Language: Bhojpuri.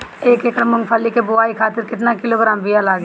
एक एकड़ मूंगफली क बोआई खातिर केतना किलोग्राम बीया लागी?